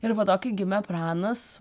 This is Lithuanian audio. ir po to kai gimė pranas